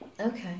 Okay